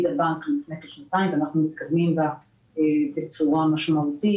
הבנק לפני כשנתיים ואנחנו מתקדמים בה בצורה משמעותית,